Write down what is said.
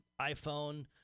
iPhone